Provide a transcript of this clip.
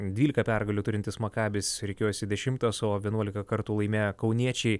dvylika pergalių turintis makabis rikiuojasi dešimtas o vienuolika kartų laimėję kauniečiai